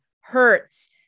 hurts